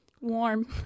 Warm